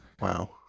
Wow